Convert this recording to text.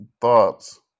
Thoughts